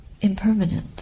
impermanent